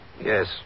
Yes